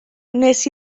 wnes